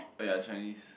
oh ya Chinese